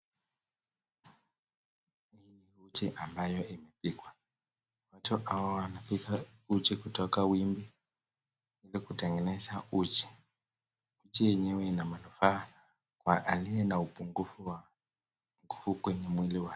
Hii ni uji ambayo inapikwa , watu hawa wanapika uji kutoka wimbi ili kutenegeneza uji, uji yenyewe ina manufaa kwa aliye na upungufu wa nguvu kwenye mwili wake.